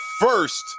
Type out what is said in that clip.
first